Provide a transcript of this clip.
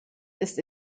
ist